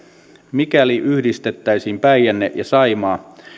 mikäli yhdistettäisiin päijänne ja saimaa